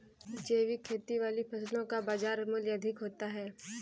जैविक खेती वाली फसलों का बाजार मूल्य अधिक होता है